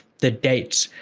the dates.